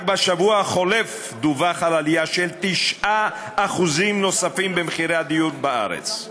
רק בשבוע החולף דווח על עלייה של 9% נוספים במחירי הדיור בארץ.